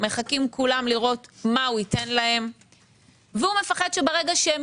מחכים כולם לראות מה הוא ייתן להם והוא מפחד שברגע שהם